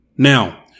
Now